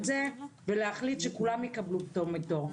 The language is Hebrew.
זה ולהחליט שכולם יקבלו את הפטור מתור.